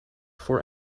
for